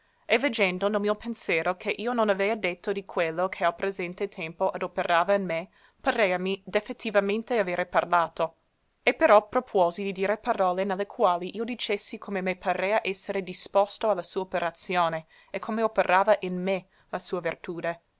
e veggendo nel mio pensero che io non avea detto di quello che al presente tempo adoperava in me pareami defettivamente avere parlato e però propuosi di dire parole ne le quali io dicesse come me parea essere disposto a la sua operazione e come operava in me la sua vertude